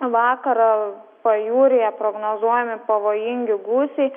vakarą pajūryje prognozuojami pavojingi gūsiai